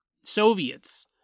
Soviets